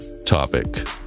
topic